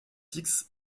fixes